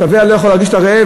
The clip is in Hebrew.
השבע לא יכול להרגיש את הרעב,